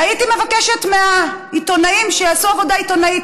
והייתי מבקשת מהעיתונאים שיעשו עבודה עיתונאית.